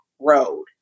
road